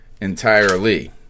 entirely